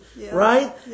right